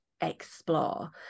explore